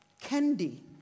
Candy